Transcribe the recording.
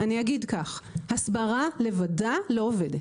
אגיד כך: הסברה לבדה לא עובדת.